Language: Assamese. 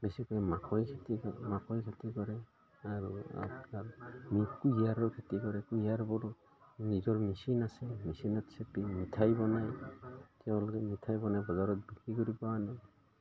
বেছিকৈ মাকৈ খেতি কৰে মাকৈ খেতি কৰে আৰু কুঁহিয়াৰৰ খেতি কৰে কুঁহিয়াৰবোৰো নিজৰ মেচিন আছে মেচিনত চেপি মিঠাই বনাই তেওঁলোকে মিঠাই বনাই বজাৰত বিক্ৰী কৰিব আনে